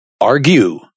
argue